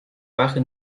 pachy